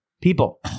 people